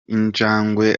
injangwe